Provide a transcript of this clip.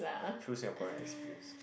true Singaporean experience